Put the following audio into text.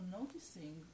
noticing